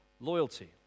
loyalty